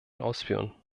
ausführen